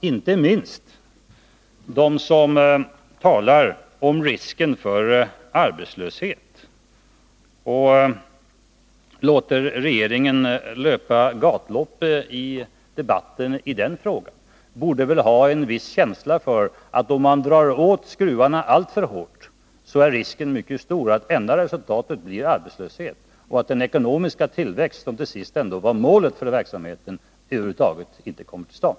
Inte minst de som talar om risken för arbetslöshet och låter regeringen löpa gatlopp i debatten i den frågan borde väl ha en viss känsla för att om man drar åt skruvarna alltför hårt är risken mycket stor för att det enda resultatet blir arbetslöshet och att den ekonomiska tillväxten — som till sist ändå var målet för verksamheten över huvud taget — inte kommer till stånd.